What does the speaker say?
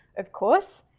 of course,